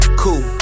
cool